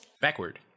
Backward